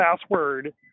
password